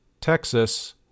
Texas